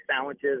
sandwiches